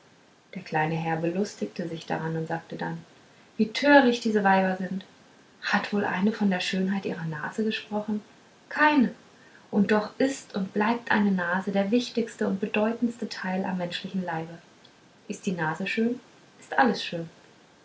der kleine herr belustigte sich daran und sagte dann wie töricht diese weiber sind hat wohl eine von der schönheit ihrer nase gesprochen keine und doch ist und bleibt eine nase der wichtigste und bedeutendste teil am menschlichen leibe ist die nase schön ist alles schön